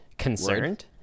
concerned